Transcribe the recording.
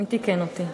מי תיקן אותי?